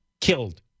killed